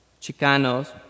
Chicanos